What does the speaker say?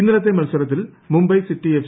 ഇന്നലത്തെ മത്സരത്തിൽ Mumbai City F